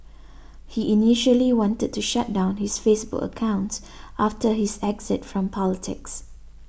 he initially wanted to shut down his Facebook accounts after his exit from politics